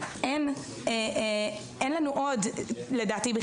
אין לנו עוד ולדעתי,